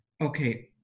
Okay